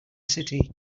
city